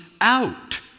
out